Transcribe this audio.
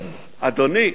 אדוני,